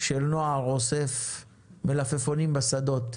של נוער אוסף מלפפונים בשדות.